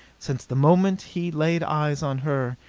since the moment he laid eyes on her,